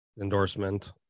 endorsement